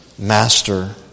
Master